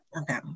Okay